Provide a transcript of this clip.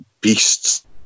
beasts